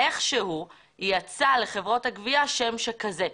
איכשהו יצא לחברות הגבייה שם שכזה.